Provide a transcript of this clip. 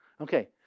Okay